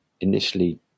initially